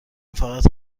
فقط